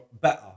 better